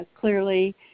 clearly